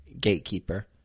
gatekeeper